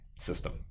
system